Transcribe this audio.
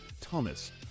Thomas